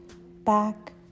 back